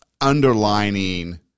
underlining